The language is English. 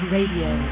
Radio